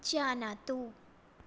जानातु